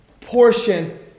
portion